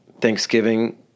Thanksgiving